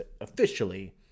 officially